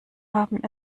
haben